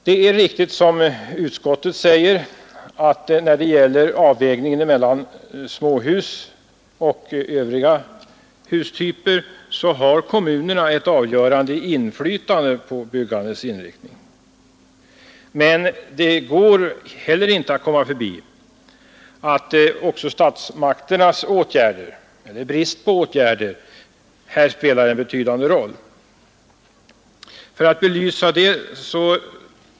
Det är riktigt som utskottet säger att när det gäller avvägningen mellan småhus och övriga hustyper har kommunerna ett avgörande inflytande på byggandets inriktning. Men det går inte att komma förbi att också statsmakternas åtgärder, eller brist på åtgärder, här spelar en betydande roll.